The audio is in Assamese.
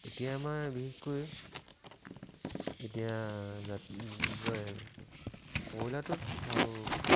এতিয়া আমাৰ বিশেষকৈ এতিয়া কি কয় কয়লাৰটোত ভাল